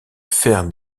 faire